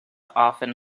often